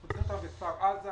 אנחנו צריכים אותם בכפר עזה,